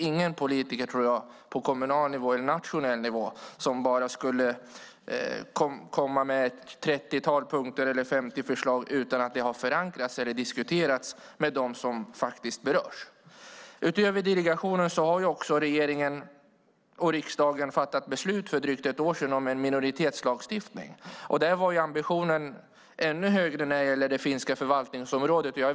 Ingen politiker på kommunal eller nationell nivå skulle komma med ett trettiotal punkter eller 50 förslag utan att först diskutera det med och förankra det hos dem som berörs. För ett drygt år sedan fattade riksdagen dessutom beslut om en minoritetslagstiftning. Ambitionen var ännu högre vad gällde det finska förvaltningsområdet.